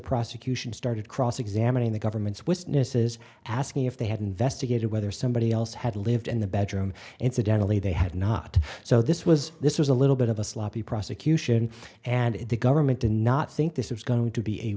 prosecution started cross examining the government's witnesses asking if they had investigated whether somebody else had lived in the bedroom incidentally they had not so this was this was a little bit of a sloppy prosecution and if the government did not think this was going to be a